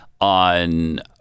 on